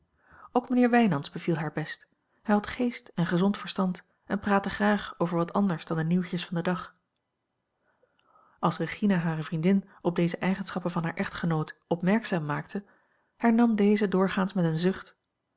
ook mijnheer wijnands beviel haar best hij had geest en gezond verstand en praatte graag over wat anders dan de nieuwtjes van den dag als regina hare vriendin op deze eigenschappen van haar echtgenoot opmerkzaam maakte hernam deze doorgaans met een zucht